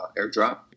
airdrop